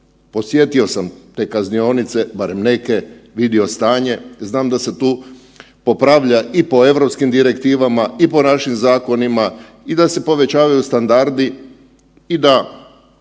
posjetio sam te kaznionice, barem neke, vidio stanje, znam da se tu popravlja i po Europskim direktivama i po našim zakonima i da se povećavaju standardi i da